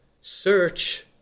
search